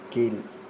கீழ்